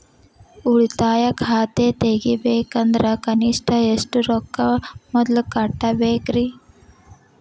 ಉಳಿತಾಯ ಖಾತೆ ತೆಗಿಬೇಕಂದ್ರ ಕನಿಷ್ಟ ಎಷ್ಟು ರೊಕ್ಕ ಮೊದಲ ಕಟ್ಟಬೇಕ್ರಿ?